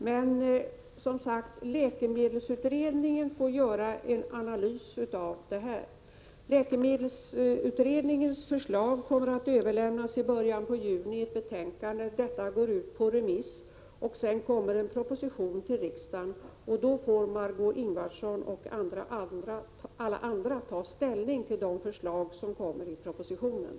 Men läkemedelsutredningen får som sagt göra en analys av detta. Läkeme 41 nomisk vinning för läkare vid förskrivning av läkemedel delsutredningens förslag kommer att överlämnas i början av juni. Dess betänkande går sedan ut på remiss, och därefter kommer en proposition till riksdagen, och då får Margö Ingvardsson och alla andra ta ställning till de förslag som där framläggs.